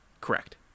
Correct